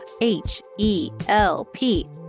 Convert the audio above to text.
H-E-L-P